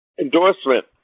endorsement